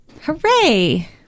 hooray